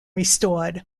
restored